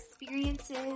experiences